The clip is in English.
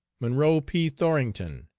monroe p. thorington,